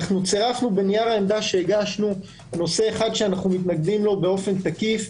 צירפנו בנייר העמדה שהגשנו נושא אחד שאנחנו מתנגדים לו באופן תקיף,